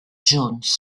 jones